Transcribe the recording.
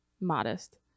modest